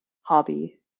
hobby